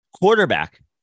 quarterback